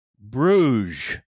Bruges